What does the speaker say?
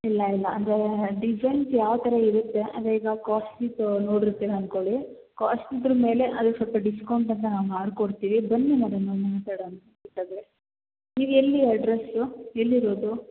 ಇಲ್ಲ ಇಲ್ಲ ಅಂದರೆ ಡಿಸೈನ್ಸ್ ಯಾವ ಥರ ಇರುತ್ತೆ ಅದೇ ಈಗ ಕಾಸ್ಟ್ಲಿದು ನೋಡಿರ್ತೀರ ಅನ್ಕೊಳ್ಳಿ ಕಾಸ್ಟ್ ಇದ್ರ ಮೇಲೆ ಅದ್ಕೆ ಸ್ವಲ್ಪ ಡಿಸ್ಕೌಂಟ್ ಅಂತ ನಾವು ಮಾಡ್ಕೊಡ್ತೀವಿ ಬನ್ನಿ ಮೇಡಮ್ ನಾವು ಮಾತಾಡೋಣ ಬೇಕಾದರೆ ನೀವು ಎಲ್ಲಿ ಅಡ್ರಸ್ಸು ಎಲ್ಲಿ ಇರೋದು